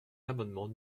l’amendement